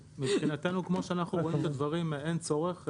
מבחינתנו, כמו שאנחנו רואים את הדברים, אין צורך.